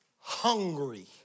hungry